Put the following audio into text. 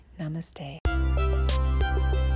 namaste